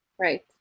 Right